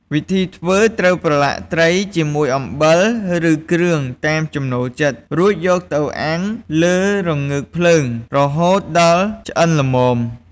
វិធីធ្វើ ត្រូវប្រឡាក់ត្រីជាមួយអំបិល ឬគ្រឿងតាមចំណូលចិត្ត រួចយកទៅអាំងលើរងើកភ្លើង រហូតដល់ឆ្អិនល្មម។